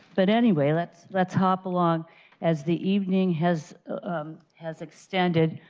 but anyway, let's let's hop along as the evening has um has extended,